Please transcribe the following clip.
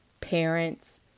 parents